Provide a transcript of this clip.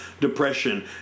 depression